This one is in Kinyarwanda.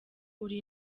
uri